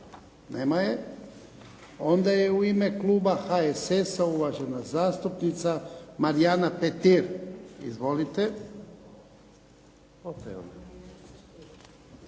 Nema je. U ime kluba HSS-a uvažena zastupnica Marijana Petir. Izvolite. **Petir,